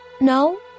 No